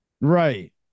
Right